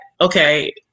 okay